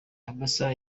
amasaha